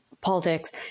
politics